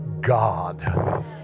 God